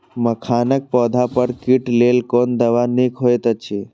मखानक पौधा पर कीटक लेल कोन दवा निक होयत अछि?